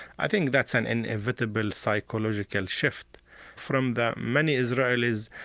i think that's an inevitable psychological shift from that many israelis,